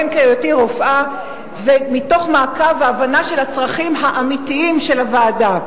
הן בהיותי רופאה ומתוך מעקב והבנה של הצרכים האמיתיים של הוועדה,